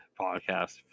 podcast